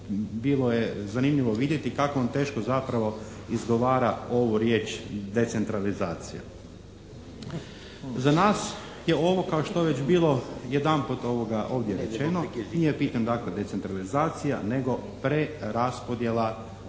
bilo je zanimljivo vidjeti kako on teško zapravo izgovara ovu riječ decentralizacija. Za nas je ovo kao što je već bilo jedanput ovdje rečeno, nije bitna dakle decentralizacija nego preraspodjela